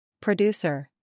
Producer